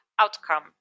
outcome